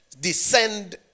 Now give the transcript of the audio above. descend